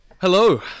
Hello